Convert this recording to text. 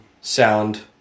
sound